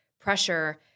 pressure